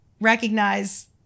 recognize